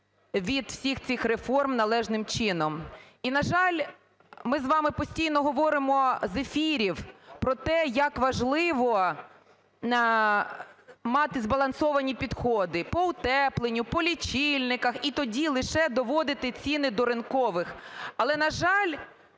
від всіх цих реформ належним чином. І, на жаль, ми з вами постійно говоримо з ефірів про те, як важливо мати збалансовані підходи по утепленню, по лічильниках, і тоді лише доводити ціни до ринкових.